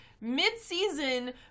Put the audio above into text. mid-season